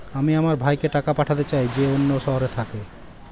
আমি আমার ভাইকে টাকা পাঠাতে চাই যে অন্য শহরে থাকে